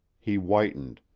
he whitened,